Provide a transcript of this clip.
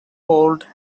old